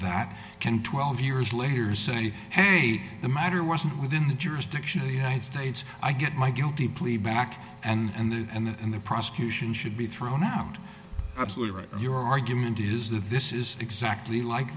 that can twelve years later say hey the matter wasn't within the jurisdiction of the united states i get my guilty plea back and that and that and the prosecution should be thrown out absolutely right and your argument is that this is exactly like